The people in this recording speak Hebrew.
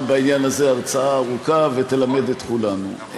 בעניין הזה הרצאה ארוכה ותלמד את כולנו.